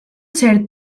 cert